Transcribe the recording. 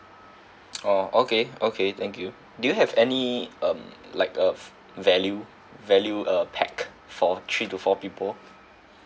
oh okay okay thank you do you have any um like a value value uh pack for three to four people